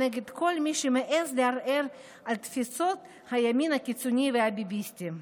נגד כל מי שמעז לערער על תפיסות הימין הקיצוני והביביסטים.